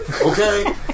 Okay